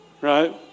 Right